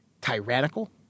tyrannical